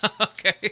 Okay